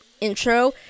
intro